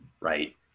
right